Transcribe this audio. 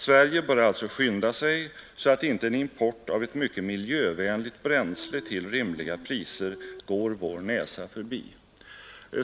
Sverige bör alltså skynda sig så att inte en import av ett mycket miljövänligt bränsle till rimliga priser går vår näsa förbi.